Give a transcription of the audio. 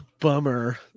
bummer